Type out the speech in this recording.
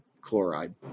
chloride